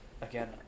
again